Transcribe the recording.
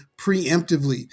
preemptively